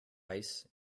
ice